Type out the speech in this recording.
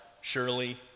surely